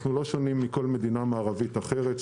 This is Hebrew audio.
אנחנו לא שונים מכל מדינה מערבית אחרת.